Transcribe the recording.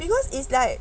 because is like